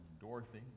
dorothy